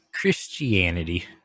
Christianity